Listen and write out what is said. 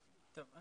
טוב,